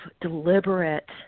deliberate